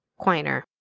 quiner